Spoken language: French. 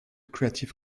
creative